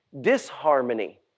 disharmony